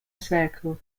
circle